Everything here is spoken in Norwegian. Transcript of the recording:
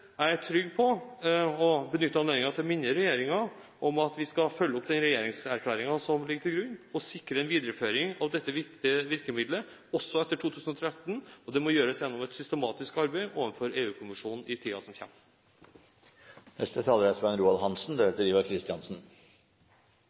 Jeg er trygg på, og benytter anledningen til å minne regjeringen om, at vi skal følge opp den regjeringserklæringen som ligger til grunn, og sikre en videreføring av dette viktige virkemidlet, også etter 2013. Det må gjøres gjennom et systematisk arbeid overfor EU-kommisjonen i tiden som kommer. Noen kommentarer til ting som er